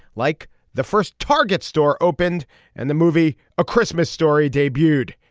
like the first target store opened and the movie a christmas story debuted.